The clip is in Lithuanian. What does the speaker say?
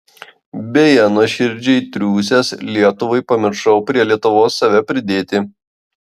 beje nuoširdžiai triūsęs lietuvai pamiršau prie lietuvos save pridėti